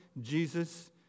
Jesus